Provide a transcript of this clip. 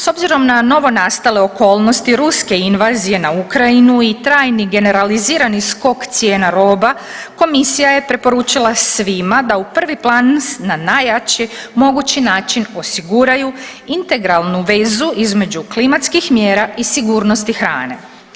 S obzirom na novonastale okolnosti ruske invazije na Ukrajinu i trajni generalizirani skok cijena roba komisija je preporučila svima da u prvi plan na najjači mogući način osiguraju integralnu vezu između klimatskih mjera i sigurnosti hrane.